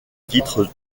titre